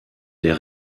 der